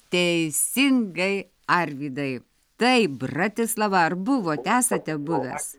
teisingai arvydai taip bratislava ar buvote esate buvęs